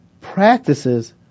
Practices